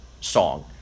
song